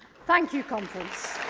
thank you, conference.